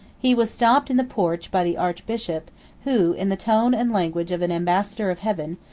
he was stopped in the porch by the archbishop who, in the tone and language of an ambassador of heaven,